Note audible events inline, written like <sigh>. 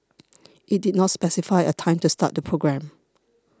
<noise> it did not specify a time to start the programme